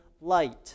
light